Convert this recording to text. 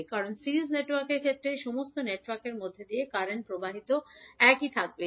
কারণ সিরিজ নেটওয়ার্কের ক্ষেত্রে সমস্ত নেটওয়ার্কের মধ্য দিয়ে প্রবাহিত কারেন্ট একই থাকবে